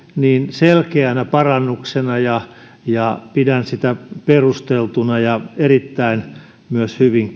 selkeänä parannuksena ja ja pidän sitä perusteltuna ja myös erittäin hyvin